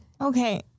Okay